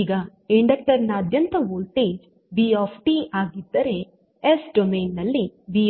ಈಗ ಇಂಡಕ್ಟರ್ ನಾದ್ಯಂತ voltage V v ಆಗಿದ್ದರೆ ಎಸ್ ಡೊಮೇನ್ ನಲ್ಲಿ V